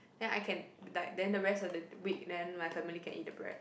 ya I can like then the rest of the week then my family can eat the bread